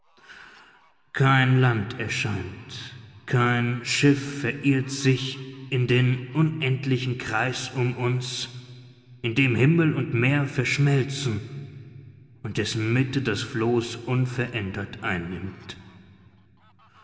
kein land erscheint kein schiff verirrt sich in den unendlichen kreis um uns in dem himmel und meer verschmelzen und dessen mitte das floß unverändert einnimmt